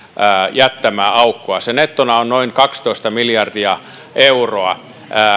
jättämää aukkoa se on nettona noin kaksitoista miljardia euroa